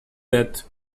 that